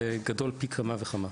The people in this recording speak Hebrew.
זה גדול פי כמה וכמה.